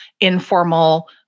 informal